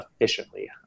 efficiently